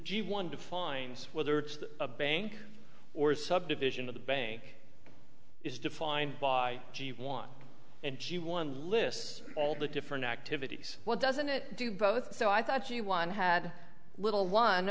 g one defines whether it's a bank or subdivision of the bank is defined by g one and g one lists all the different activities what doesn't it do both so i thought you one had a little one